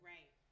Right